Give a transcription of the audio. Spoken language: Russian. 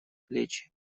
плечи